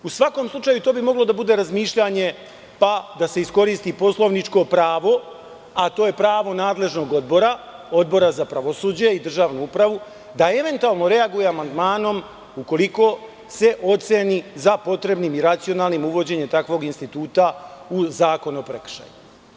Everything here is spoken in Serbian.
U svakom slučaju, to bi moglo da bude razmišljanje, pa da se iskoristi poslovničko pravo, a to je pravo nadležnog odbora, Odbora za pravosuđe i državnu upravu, da eventualno reaguje amandmanom ukoliko se oceni za potrebnim i racionalnim uvođenje takvog instituta u Zakon o prekršajima.